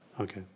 Okay